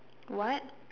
what